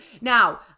now